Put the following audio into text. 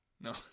No